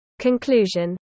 Conclusion